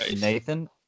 Nathan